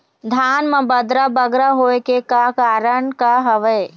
धान म बदरा बगरा होय के का कारण का हवए?